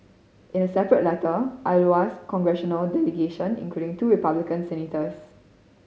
in a separate letter Iowa's congressional delegation including two Republican senators